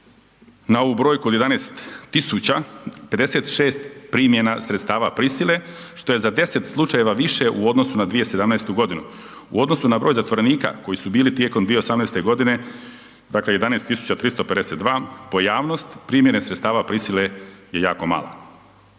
na ovu brojku od 11 tisuća, 56 primjena sredstava prisile, što je za 10 slučajeva više u odnosu na 2017. g. U odnosu na broj zatvorenika koji su bili tijekom 2018. g., dakle 11 352, pojavnost primjene sredstava prisile je jako mala.